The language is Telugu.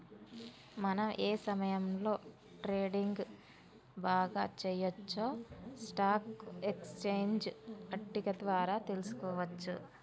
మనం ఏ సమయంలో ట్రేడింగ్ బాగా చెయ్యొచ్చో స్టాక్ ఎక్స్చేంజ్ పట్టిక ద్వారా తెలుసుకోవచ్చు